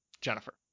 Jennifer